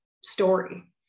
story